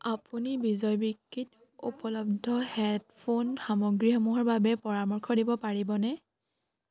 আপুনি বিজয় বিক্ৰীত উপলব্ধ হেডফোন সামগ্ৰীসমূহৰ বাবে পৰামৰ্শ দিব পাৰিবনে